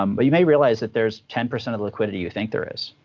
um but you may realize that there's ten percent of liquidity you think there is.